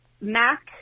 mac